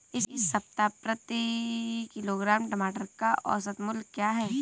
इस सप्ताह प्रति किलोग्राम टमाटर का औसत मूल्य क्या है?